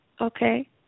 Okay